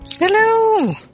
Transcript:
Hello